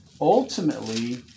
ultimately